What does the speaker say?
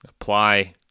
apply